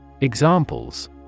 Examples